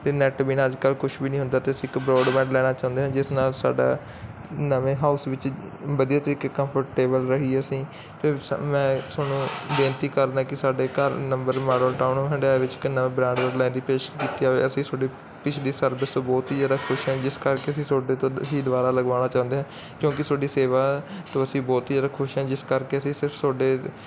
ਤੇ ਨੈਟ ਬਿਨਾ ਅੱਜ ਕੱਲ ਕੁਛ ਵੀ ਨਹੀਂ ਹੁੰਦਾ ਤੇ ਅਸੀਂ ਇੱਕ ਬਰੋਡਬੈਂਡ ਲੈਣਾ ਚਾਹੁੰਦੇ ਹੈ ਜਿਸ ਨਾਲ ਸਾਡਾ ਨਵੇਂ ਹਾਊਸ ਵਿੱਚ ਵਧੀਆ ਤਰੀਕੇ ਕਾਂਫਰਟੇਬਲ ਰਹੀ ਅਸੀਂ ਤੇ ਮੈਂ ਤੁਹਾਨੂੰ ਬੇਨਤੀ ਕਰਦਾ ਕੀ ਸਾਡੇ ਘਰ ਨੰਬਰ ਮਾਡਲ ਟਾਊਨ ਹੰਢਾਏ ਵਿਚ ਇੱਕ ਨਵਾਂ ਬਰੋਡਬੈਂਡ ਲੈਣ ਦੀ ਪੇਸ਼ ਕੀਤਾ ਹੋਇਆ ਅਸੀਂ ਸੋਡੇ ਪਿਛਲੀ ਸਰਵਿਸ ਬਹੁਤ ਹੀ ਜ਼ਿਆਦਾ ਖੁਸ਼ ਹੈ ਜਿਸ ਕਰਕੇ ਅਸੀਂ ਸੋਡੇ ਤੋਂ ਹੀ ਦੁਬਾਰਾ ਲਗਵਾਉਣਾ ਚਾਹੁੰਦੇ ਹਾਂ ਕਿਉਂਕੀ ਸੋਡੀ ਸੇਵਾ ਤੋਂ ਅਸੀਂ ਬਹੁਤ ਹੀ ਜ਼ਿਆਦਾ ਖੁਸ਼ ਹਾਂ ਜਿਸ ਕਰਕੇ ਅਸੀਂ ਸਿਰਫ ਸੋਡੇ